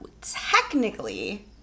Technically